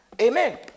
Amen